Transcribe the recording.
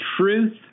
truth